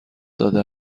داده